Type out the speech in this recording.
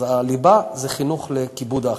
אז הליבה זה חינוך לכיבוד האחר.